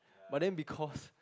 but then because